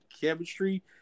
chemistry